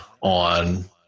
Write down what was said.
on